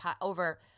over